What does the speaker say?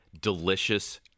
delicious